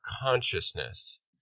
consciousness